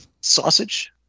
Sausage